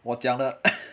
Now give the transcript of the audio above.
我讲的